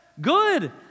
good